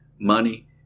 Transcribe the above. money